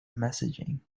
messaging